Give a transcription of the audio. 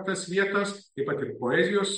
tas vietas taip pat ir poezijos